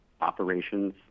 operations